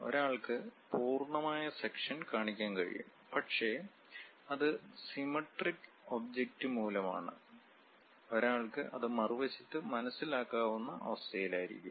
ഒരാൾക്ക് പൂർണമായ സെക്ഷൻ കാണിക്കാൻ കഴിയും പക്ഷെ അത് സിമ്മെട്രിക് ഒബ്ജക്റ്റ് മൂലമാണ് ഒരാൾക്ക് അത് മറുവശത്ത് മനസ്സിലാക്കാവുന്ന അവസ്ഥയിലായിരിക്കും